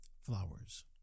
Flowers